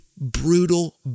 brutal